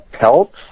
Pelts